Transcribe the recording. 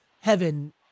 heaven